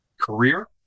career